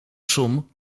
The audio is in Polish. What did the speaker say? szum